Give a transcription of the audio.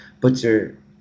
Butcher